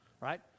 Right